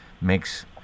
makes